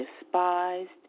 despised